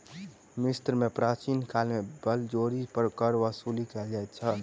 मिस्र में प्राचीन काल में बलजोरी कर वसूली कयल जाइत छल